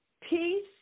Peace